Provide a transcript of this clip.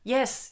Yes